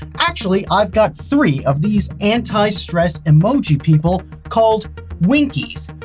actually, i've got three of these anti-stress emoji people called winkeys,